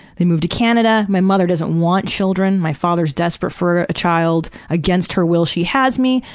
they move to canada. my mother doesn't want children. my father is desperate for a child. against her will she has me.